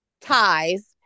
ties